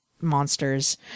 monsters